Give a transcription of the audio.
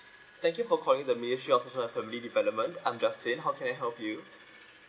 thank you for calling the ministry of social and family development I'm justin how can I help you